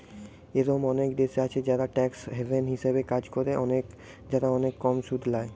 এরোম অনেক দেশ আছে যারা ট্যাক্স হ্যাভেন হিসাবে কাজ করে, যারা অনেক কম সুদ ল্যায়